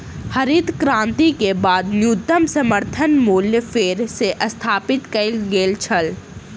हरित क्रांति के बाद न्यूनतम समर्थन मूल्य फेर सॅ स्थापित कय गेल छल